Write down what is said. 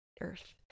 Earth